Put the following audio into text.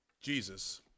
Jesus